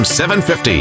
750